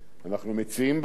אנחנו מציעים בחוק